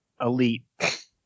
elite